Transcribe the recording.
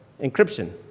encryption